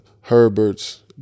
Herberts